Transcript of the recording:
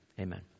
Amen